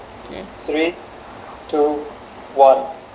three two one